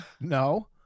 No